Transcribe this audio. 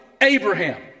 Abraham